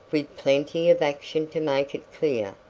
with plenty of action to make it clear.